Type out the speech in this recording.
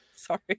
sorry